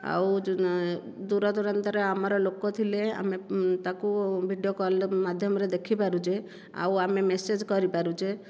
ଆଉ ଯେଉଁ ଦୂରଦୂରାନ୍ତରେ ଆମର ଲୋକ ଥିଲେ ଆମେ ତାକୁ ଭିଡ଼ିଓ କଲ୍ରେ ମାଧ୍ୟମରେ ଦେଖିପାରୁଛେ ଆଉ ଆମେ ମେସେଜ୍ କରିପାରୁଛେ